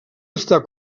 estar